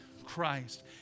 Christ